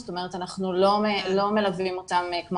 זאת אומרת אנחנו לא מלווים אותם כמו